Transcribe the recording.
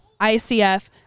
ICF